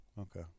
Okay